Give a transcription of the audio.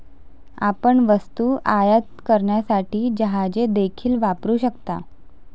आपण वस्तू आयात करण्यासाठी जहाजे देखील वापरू शकता